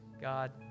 God